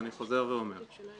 אני חוזר ואומר,